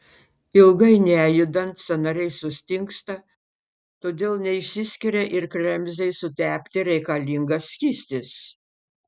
ilgai nejudant sąnariai sustingsta todėl neišsiskiria ir kremzlei sutepti reikalingas skystis